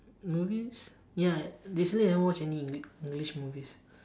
movies ya recently I never watch any English English movies